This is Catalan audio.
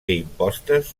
impostes